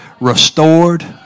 restored